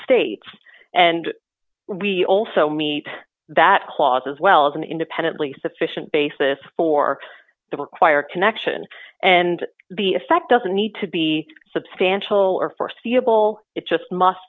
states and we also meet that clause as well as an independently sufficient basis for the require connection and the effect doesn't need to be substantial or foreseeable it just must